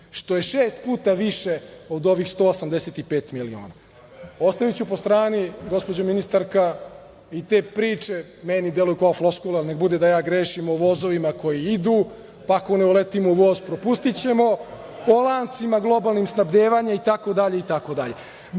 što je šest puta više od ovih 185 miliona evra. Ostaviću po strani, gospođo ministarka, i te priče meni deluju kao floskula, neka bude da ja grešim, o vozovima koji idu, pa ako ne uletimo u voz, propustićemo, o lancima globalnih snabdevanjima itd,